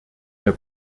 der